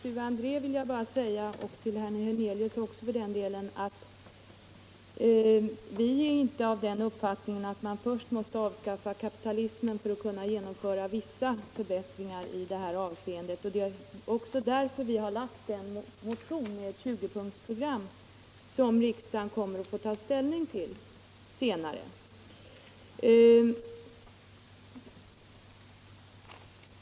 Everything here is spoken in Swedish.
Herr talman! Till fru André och för den delen även till herr Hernelius vill jag bara säga att vi inte är av den uppfattningen att man måste avskaffa kapitalismen för att genomföra vissa förbättringar i detta avseende. Det är också därför som vi i en motion har föreslagit ett 20 punktsprogram, som riksdagen senare kommer att få ta ställning till.